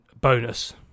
bonus